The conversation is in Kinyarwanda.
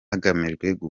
gukangurira